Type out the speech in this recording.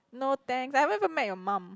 no thanks I haven't even met your mum